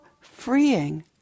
freeing